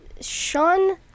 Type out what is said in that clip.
Sean